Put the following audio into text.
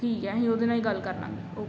ਠੀਕ ਹੈ ਅਸੀਂ ਉਹਦੇ ਨਾਲ ਹੀ ਗੱਲ ਕਰ ਲਾਂਗੇ ਓਕੇ